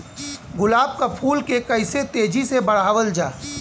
गुलाब क फूल के कइसे तेजी से बढ़ावल जा?